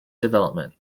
development